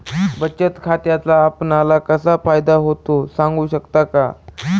बचत खात्याचा आपणाला कसा फायदा होतो? सांगू शकता का?